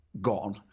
gone